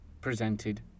presented